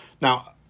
Now